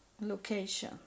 location